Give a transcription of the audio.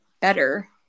better